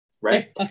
Right